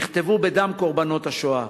נכתבו בדם קורבנות השואה.